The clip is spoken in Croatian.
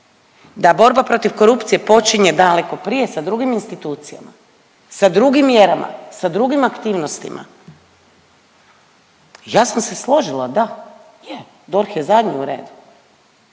da borba protiv korupcije počinje daleko prije sa drugih institucijama, sa drugim mjerama, sa drugim aktivnostima, ja sam se složila, da je DORH je zadnji u redu,